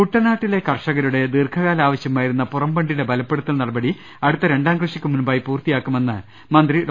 കുട്ടനാട്ടിലെ കർഷകരുടെ ദീർഘകാല ആവശ്യമായിരുന്ന പുറം ബണ്ടിന്റെ ബലപ്പെടുത്തൽ നടപടി അടുത്ത രണ്ടാം കൃഷിക്ക് മുൻപായി പൂർത്തിയാക്കുമെന്ന് മന്ത്രി ഡോ